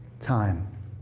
time